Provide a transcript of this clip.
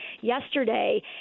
yesterday